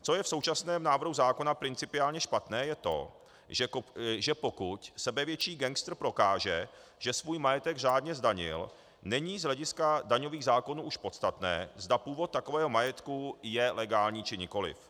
Co je v současném návrhu zákona principiálně špatné, je to, že pokud sebevětší gangster prokáže, že svůj majetek řádně zdanil, není z hlediska daňových zákonů už podstatné, zda původ takového majetku je legální, či nikoliv.